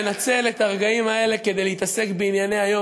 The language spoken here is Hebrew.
לנצל את הרגעים האלה כדי להתעסק בענייני היום,